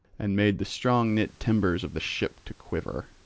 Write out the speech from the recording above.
and made the strong-knit timbers of the ship to quiver.